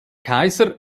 kaiser